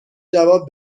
جواب